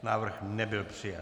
Návrh nebyl přijat.